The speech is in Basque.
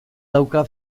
dauka